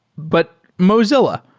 but mozi lla,